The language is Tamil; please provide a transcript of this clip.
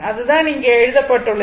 அதுதான் இங்கே எழுதப்பட்டுள்ளது